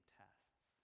tests